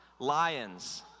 lions